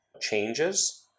changes